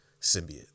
symbiote